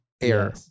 air